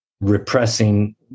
repressing